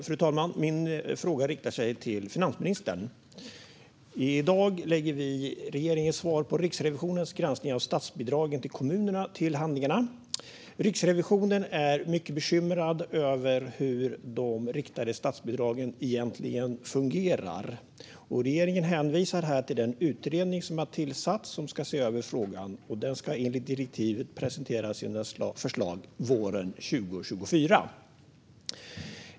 Fru talman! Min fråga riktar sig till finansministern. I dag lägger vi regeringens svar på Riksrevisionens granskning av statsbidragen till kommunerna till handlingarna. Riksrevisionen är mycket bekymrad över hur de riktade statsbidragen egentligen fungerar. Regeringen hänvisar till den utredning som har tillsatts och som ska se över frågan. Den ska enligt direktivet presentera sina förslag våren 2024.